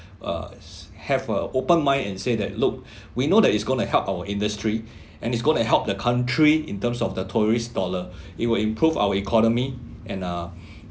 uh s~ have a open mind and say that look we know that it's going to help our industry and it's going to help the country in terms of the tourist dollar it will improve our economy and uh